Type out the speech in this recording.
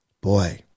Boy